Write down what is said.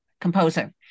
composer